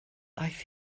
aeth